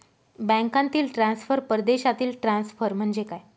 बँकांतील ट्रान्सफर, परदेशातील ट्रान्सफर म्हणजे काय?